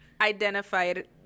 identified